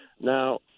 Now